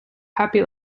happy